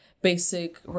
basic